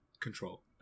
control